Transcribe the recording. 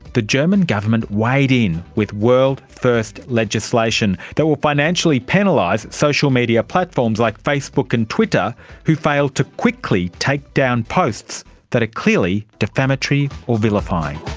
the german government weighed in with world first legislation that will financially penalise social media platforms like facebook and twitter who fail to quickly take down posts that are clearly defamatory or vilifying.